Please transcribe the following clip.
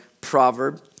proverb